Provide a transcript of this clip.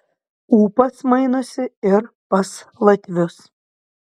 ūpas mainosi ir pas latvius